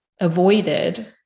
avoided